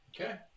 Okay